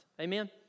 Amen